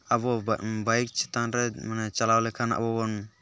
ᱟᱵᱚ ᱵᱟᱭᱤᱠ ᱪᱮᱛᱟᱱ ᱨᱮ ᱪᱟᱞᱟᱣ ᱞᱮᱠᱷᱟᱱ ᱟᱵᱚ ᱵᱚᱱ